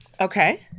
Okay